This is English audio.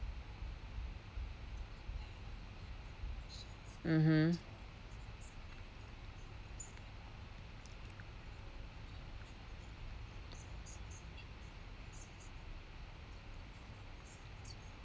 mmhmm